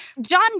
John